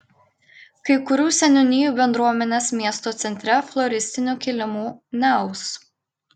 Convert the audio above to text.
kai kurių seniūnijų bendruomenės miesto centre floristinių kilimų neaus